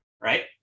right